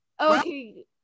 Okay